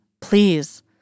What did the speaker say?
Please